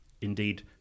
indeed